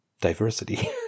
diversity